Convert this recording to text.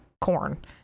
corn